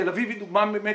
תל אביב היא דוגמא באמת